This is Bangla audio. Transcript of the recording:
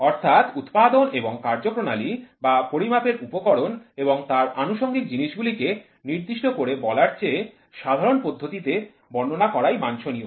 অর্থাৎ উৎপাদন এবং কার্যপ্রণালীঃ বা পরিমাপের উপকরণ এবং তার আনুষঙ্গিক জিনিসগুলি কে নির্দিষ্ট করে বলার চেয়ে সাধারণ পদ্ধতিতে বর্ণনা করাই বাঞ্ছনীয়